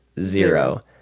zero